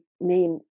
main